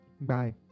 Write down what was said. Bye